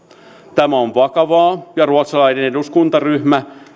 tämä on vakavaa ja ruotsalainen eduskuntaryhmä